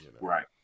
Right